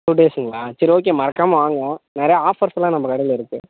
two டேஸுங்களா சரி okay மறக்காமல் வாங்க நிறைய ஆஃபர்ஸ் எல்லாம் நம்ம கடையில் இருக்கு